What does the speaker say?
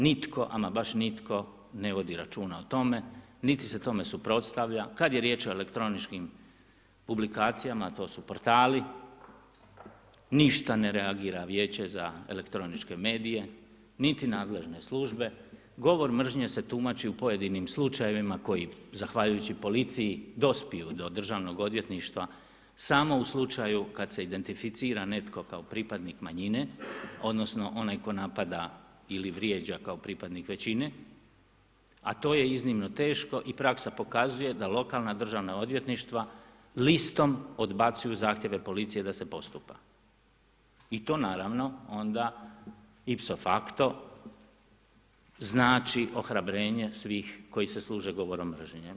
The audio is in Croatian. Nitko, ama baš nitko ne vodi računa o tome, niti se tome suprotstavlja, kad je riječ o elektroničkim publikacijama, to su portali, ništa ne reagira Vijeće za elektroničke medije niti nadležne službe, govor mržnje se tumači u pojedinim slučajevima koji zahvaljujući policiji dospiju do DORH-a samo u slučaju kad se identificira netko kao pripadnik manjine odnosno onaj tko napada ili vrijeđa kao pripadnik većina a to je iznimno teško i praksa pokazuje da lokalna državna odvjetništva listom odbacuju zahtjeve policije da se postupa i to naravno onda IPSO FACTO znači ohrabrenje svih koji se služe govorom mržnje.